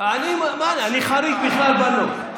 אני חריג בכלל בנוף.